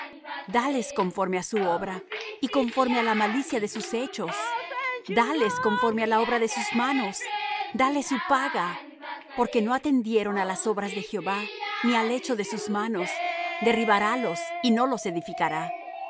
dales conforme á su obra y conforme á la malicia de sus hechos dales conforme á la obra de sus manos dales su paga porque no atendieron á las obras de jehová ni al hecho de sus manos derribarálos y no los edificará